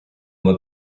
mois